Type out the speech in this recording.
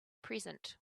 present